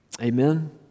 Amen